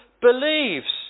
believes